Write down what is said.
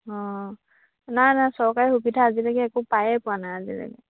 অঁ নাই নাই চৰকাৰী সুবিধা আজিলৈকে একো পায়ে পোৱা নাই আজিলৈকে